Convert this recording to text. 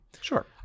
Sure